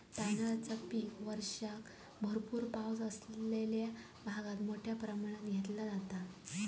तांदळाचा पीक वर्षाक भरपूर पावस असणाऱ्या भागात मोठ्या प्रमाणात घेतला जाता